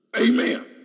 Amen